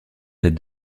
têtes